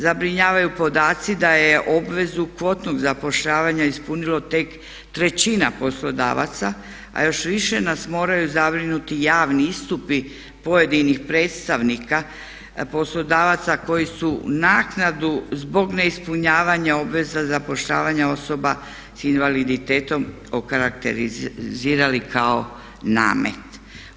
Zabrinjavaju podaci da je obvezu kvotnog zapošljavanja ispunilo tek trećina poslodavaca, a još više nas moraju zabrinuti javni istupi pojedinih predstavnika poslodavaca koji su naknadu zbog neispunjavanja obveza zapošljavanja osoba s invaliditetom okarakterizirali kao namet.